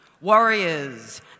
warriors